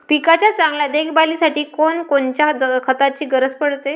पिकाच्या चांगल्या देखभालीसाठी कोनकोनच्या खताची गरज पडते?